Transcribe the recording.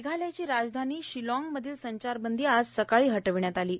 मेघालयाची राजधानी शिलॉगमधील संचारबंदी आज सकाळी हटविण्यात आली आहे